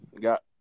Got